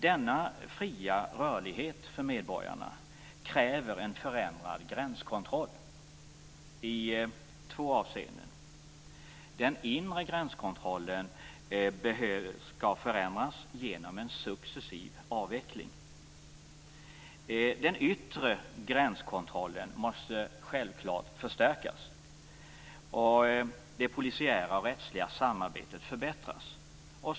Denna fria rörlighet för medborgarna kräver en förändrad gränskontroll i två avseenden. Den inre gränskontrollen skall förändras genom en successiv avveckling. Den yttre gränskontrollen måste självfallet förstärkas och det polisiära och rättsliga samarbetet förbättras.